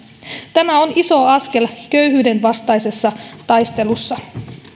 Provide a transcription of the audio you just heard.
tämä on iso askel köyhyyden vastaisessa taistelussa